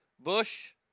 Bush